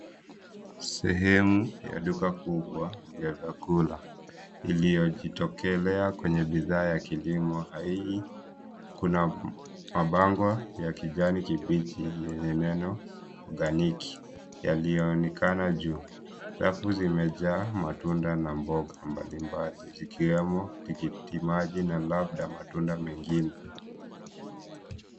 Sehemu ya duka kubwa ya vyakula iliyojitokelea kwenye bidhaa ya kilimo hai kuna mabango ya kijani kibichi yenye neno oganiki yaliyoonekana juu. Rafu zimejaa matunda na mboga mbalimbali zikiwemo tikiti maji na labda matunda mengine.